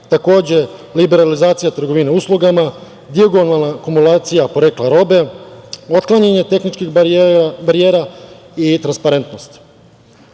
takođe liberalizacija trgovine uslugama, dijagonalna kumulacija porekla robe, otklanjanje tehničkih barijera i transparentnost. Razlozi